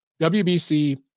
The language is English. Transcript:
WBC